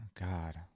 God